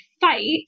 fight